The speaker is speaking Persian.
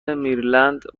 مریلند